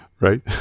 Right